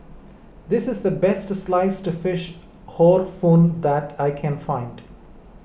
this is the best Sliced Fish Hor Fun that I can find